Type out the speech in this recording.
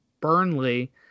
Burnley